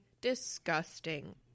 disgusting